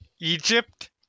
Egypt